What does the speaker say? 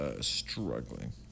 Struggling